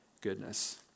goodness